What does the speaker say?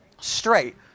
straight